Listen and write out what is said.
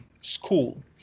school